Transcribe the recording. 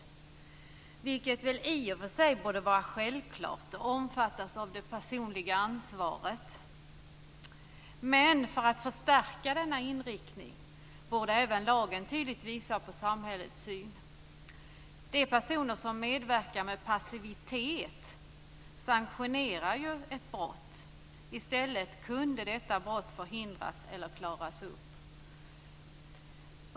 Detta borde väl i och för sig vara självklart, och omfattas av det personliga ansvaret. Men för att förstärka denna inriktning borde även lagen tydligt visa samhällets syn. De personer som medverkar med passivitet sanktionerar ju ett brott. I stället skulle detta brott kunna förhindras eller klaras upp.